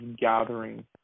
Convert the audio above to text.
gathering